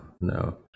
no